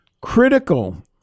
Critical